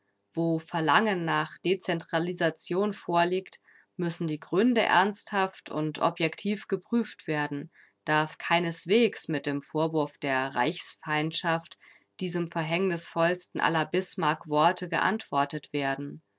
wo verlangen nach dezentralisation vorliegt müssen die gründe ernsthaft und objektiv geprüft werden darf keineswegs mit dem vorwurf der reichsfeindschaft diesem verhängnisvollsten aller bismarck-worte geantwortet werden